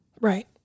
Right